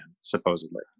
supposedly